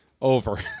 over